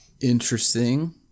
Interesting